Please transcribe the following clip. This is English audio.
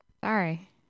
Sorry